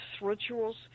rituals